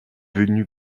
venu